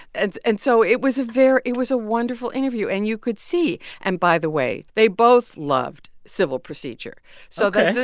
and and so it was a very it was a wonderful interview. and you could see and, by the way, they both loved civil procedure so ok so